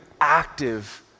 active